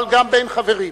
אבל גם בין חברים,